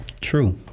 true